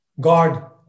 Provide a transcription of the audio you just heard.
God